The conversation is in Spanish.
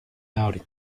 abren